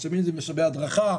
המשאבים זה משאבי הדרכה,